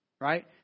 right